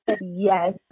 yes